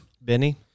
Benny